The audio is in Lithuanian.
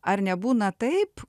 ar nebūna taip